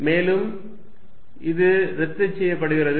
மேலும் இது ரத்து செய்யப்படுகிறது